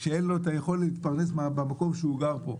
כאשר אין לו יכולת להתפרנס במקום שהוא גר בו.